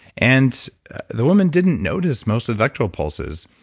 and the woman didn't notice most electrode pulses,